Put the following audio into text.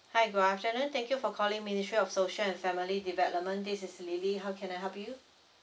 hi good afternoon thank you for calling ministry of social and family development this is lily how can I help you